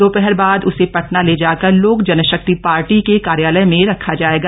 दोपहर बाद उसे पटना ले जाकर लोक जनशक्ति पार्टी के कार्यालय में रखा जाएगा